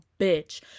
bitch